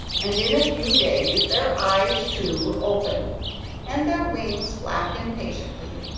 and in a few days their eyes, too, opened and their wings flapped impatiently,